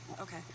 Okay